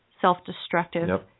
self-destructive